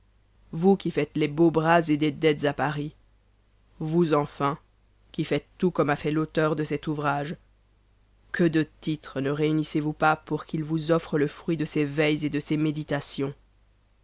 vous qui faites les beaux bras et des dettes à paris vous enfin qui faites tout comme a fait l'auteur de cet ouvrage que de titres ne réunissez vous pas pour qu'il vous offre le fruit de ses veilles et de ses méditations